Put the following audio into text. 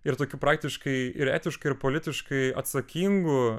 ir tokiu praktiškai ir etiškai ir politiškai atsakingu